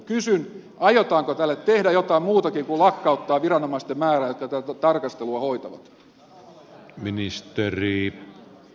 kysyn aiotaanko tälle tehdä jotain muutakin kuin vähentää viranomaisten määrää jotka tätä tarkastelua hoitavat